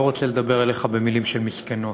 לא רוצה לדבר אליך במילים של מסכנות,